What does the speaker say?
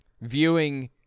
viewing